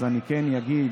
אז אני כן אגיד